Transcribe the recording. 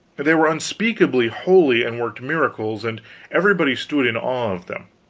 they were unspeakably holy, and worked miracles, and everybody stood in awe of them.